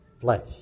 flesh